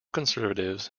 conservatives